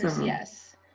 Yes